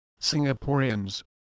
Singaporeans